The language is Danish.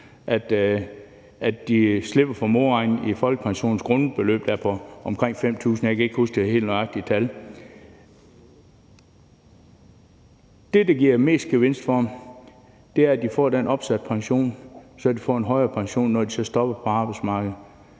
at de slipper for modregningen i folkepensionens grundbeløb, der er på omkring 5.000 kr.; jeg kan ikke huske det helt nøjagtige tal. Det, der giver mest gevinst for dem, er, at de får den opsatte pension, så de får en højere pension, når de stopper på arbejdsmarkedet.